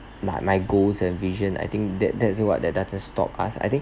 like my goals and vision I think that that's what that doesn't stop us I think